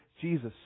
Jesus